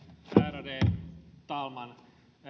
ärade talman